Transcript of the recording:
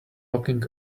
locking